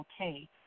okay